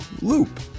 loop